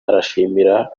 arashimira